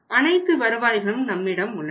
அனைத்து வருவாய்களும் நம்மிடம் உள்ளன